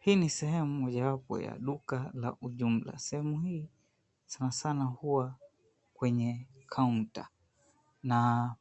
Hii ni sehemu mojawapo ya duka la ujumla. Sehemu hii sanasana huwa kwenye kaunta na